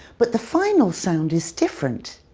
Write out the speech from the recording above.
but the final sound is different.